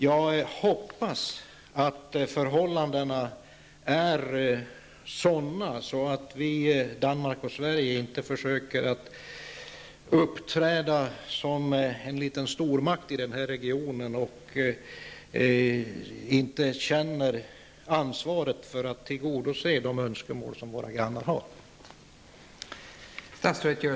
Jag hoppas att förhållandena är sådana att vi i Danmark och Sverige inte försöker att uppträda som en liten stormakt i den här regionen och inte känner ansvaret för att tillgodose de önskemål som våra grannar har.